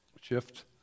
shift